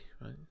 right